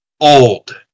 old